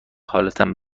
حالتان